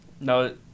No